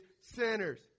sinners